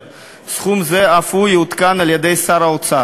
סכום זה, אף הוא יעודכן על-ידי שר האוצר.